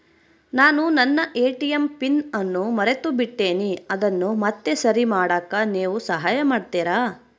ನಾನು ನನ್ನ ATM PIN ಅನ್ನು ಮರೆತುಬಿಟ್ಟೇನಿ ಅದನ್ನು ಮತ್ತೆ ಸರಿ ಮಾಡಾಕ ನೇವು ಸಹಾಯ ಮಾಡ್ತಿರಾ?